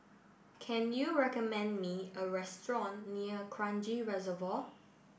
can you recommend me a restaurant near Kranji Reservoir